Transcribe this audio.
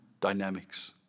dynamics